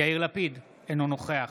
יאיר לפיד, אינו נוכח